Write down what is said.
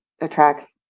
attracts